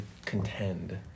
contend